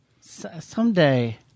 Someday